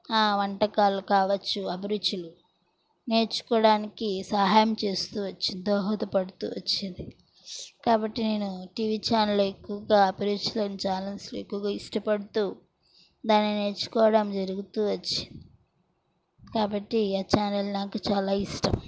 వంటకాలు కావచ్చు అభిరుచులు నేర్చుకోవడానికి సహాయం చేస్తూ వచ్చేది దోహదపడుతూ వచ్చేది కాబట్టి నేను టీవీ ఛానల్ ఎక్కువగా అభిరుచుల ఛానల్స్ ఎక్కువగా ఇష్టపడుతూ దాన్ని నేర్చుకోవడం జరుగుతూ వచ్చి కాబట్టి ఈ ఛానల్ నాకు చాలా ఇష్టం